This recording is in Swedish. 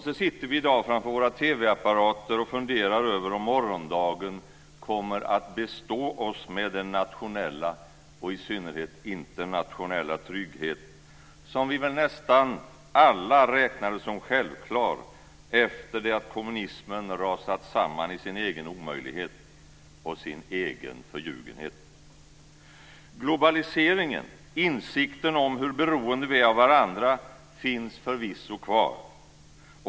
Så sitter vi i dag framför våra TV-apparater och funderar över om morgondagen kommer att bestå oss med den nationella och i synnerhet internationella trygghet som vi nästan alla räknar som självklar efter det att kommunismen rasat samman i sin egen omöjlighet och sin egen förljugenhet. Globaliseringen - insikten om hur beroende vi är av varandra - finns förvisso kvar.